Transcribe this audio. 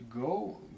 go